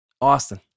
Austin